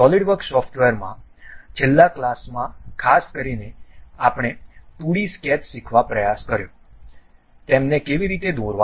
solid works સોફ્ટવેરમાં છેલ્લા ક્લાસમાં ખાસ કરીને અમે 2 ડી સ્કેચ શીખવા પ્રયાસ કર્યો તેમને કેવી રીતે દોરવા